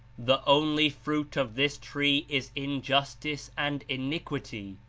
the only fruit of this tree is injustice and iniquity,